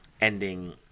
ending